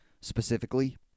specifically